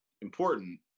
important